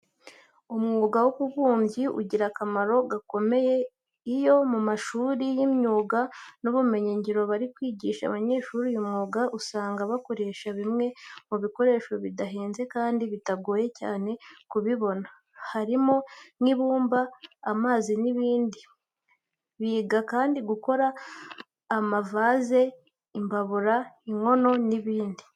Umwuga w'ububumbyi ugira akamaro gakomeye. Iyo mu mashuri y'imyuga n'ubumenyingiro bari kwigisha abanyeshuri uyu mwuga, usanga bakoresha bimwe mu bikoresho bidahenze kandi bitagoye cyane kubibona harimo nk'ibumba, amazi n'ibindi. Biga kandi gukora amavaze, imbabura, inkono n'ibindi.